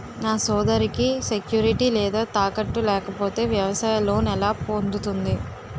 నా సోదరికి సెక్యూరిటీ లేదా తాకట్టు లేకపోతే వ్యవసాయ లోన్ ఎలా పొందుతుంది?